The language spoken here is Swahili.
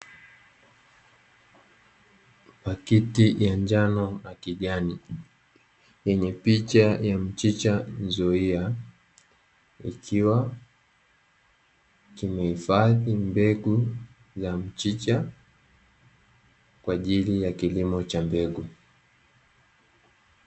Pakiti ya njano na kijani yenye picha ya mchicha mzuia ikiwa kimehifadhi mbegu za mchicha kwa ajili ya kilimo cha mbegu.